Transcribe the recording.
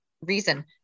reason